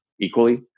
equally